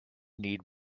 need